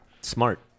Smart